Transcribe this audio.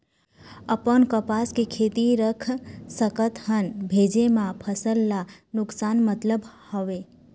अपन कपास के खेती रख सकत हन भेजे मा फसल ला नुकसान मतलब हावे?